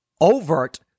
overt